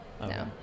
No